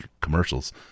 commercials